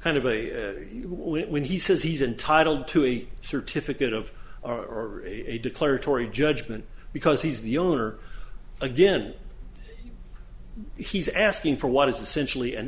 kind of a when he says he's entitled to a certificate of or a declaratory judgment because he's the owner again he's asking for what is essentially an